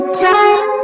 time